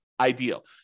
ideal